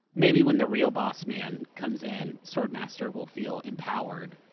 maybe when the real boss man comes in, sword master will feel empowered.